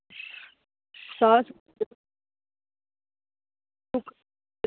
साह्